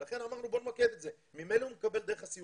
ואז בהמשך גם יש את הייעוץ הכלכלי והליווי שאנחנו נותנים לעולים,